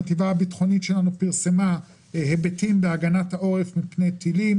החטיבה הביטחונית שלנו פרסמה היבטים בהגנת העורף מפני טילים.